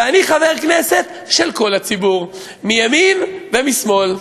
ואני חבר כנסת של כל הציבור, מימין ומשמאל,